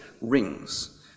rings